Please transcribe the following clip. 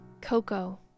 Coco